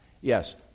yes